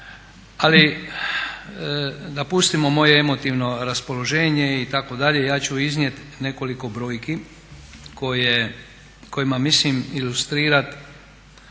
Ali, da pustimo moje emotivno raspoloženje itd., ja ću iznijeti nekoliko brojki kojima mislim ilustrirati